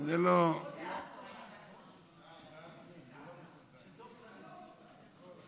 את הנושא לוועדת העבודה, הרווחה והבריאות נתקבלה.